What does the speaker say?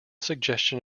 suggestion